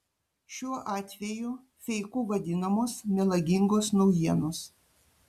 šiuo atveju feiku vadinamos melagingos naujienos